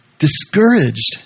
discouraged